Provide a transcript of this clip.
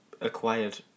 acquired